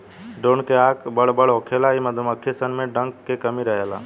drone के आँख बड़ बड़ होखेला इ मधुमक्खी सन में डंक के कमी रहेला